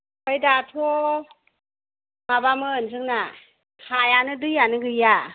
ओमफ्राय दाथ' माबामोन जोंना हायानो दैयानो गैया